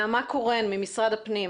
נעמה קורן ממשרד הפנים.